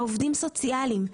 העובדים הסוציאליים.